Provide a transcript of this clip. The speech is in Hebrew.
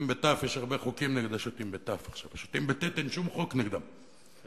הרבה חוקים נגד השותים, השוטים, אין שום חוק נגדם.